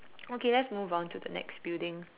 okay let's move on to the next building